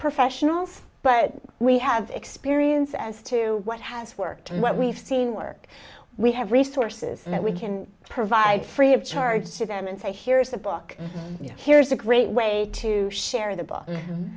professionals but we have experience as to what has worked and what we've seen work we have resources that we can provide free of charge to them and say here's a book you know here's a great way to share the b